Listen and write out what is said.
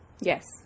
Yes